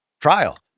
trial